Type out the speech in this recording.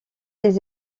les